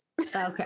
Okay